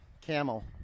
camel